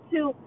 Two